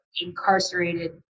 Incarcerated